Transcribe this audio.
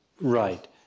Right